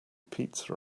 pizza